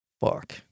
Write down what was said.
fuck